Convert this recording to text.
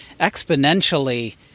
exponentially